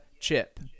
chip